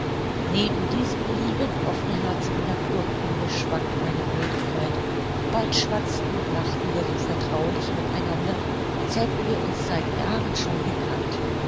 neben diesem lieben offenherzigen naturkinde schwand meine blödigkeit bald schwatzten und lachten wir so vertraulich mit einander als hätten wir uns seit jahren schon gekannt